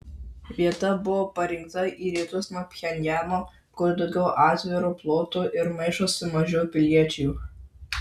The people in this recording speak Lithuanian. vieta buvo parinkta į rytus nuo pchenjano kur daugiau atviro ploto ir maišosi mažiau piliečių